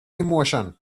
emotion